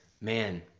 Man